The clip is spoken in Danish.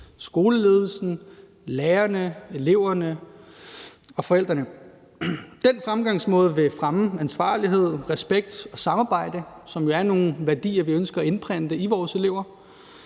skoleledelsen, lærerne, eleverne og forældrene. Den fremgangsmåde vil fremme ansvarlighed, respekt og samarbejde, som jo er nogle værdier, vi ønsker at indprente i vores elever.